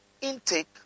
intake